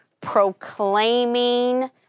proclaiming